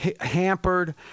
hampered